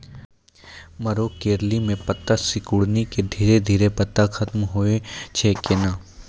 मरो करैली म पत्ता सिकुड़ी के धीरे धीरे पत्ता खत्म होय छै कैनै?